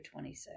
26